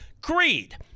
Greed